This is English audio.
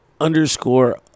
underscore